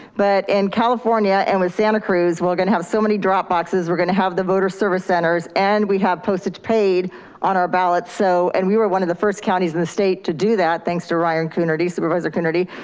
but in california, and with santa cruz, we're gonna have so many dropboxes, we're gonna have the voter service centers, and we have postage paid on our ballot, so, and we were one of the first counties in the state to do that, thanks to ryan coonerty, supervisor coonerty.